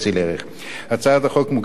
הצעת החוק מוגשת ללא הסתייגויות.